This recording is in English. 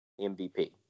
MVP